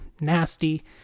nasty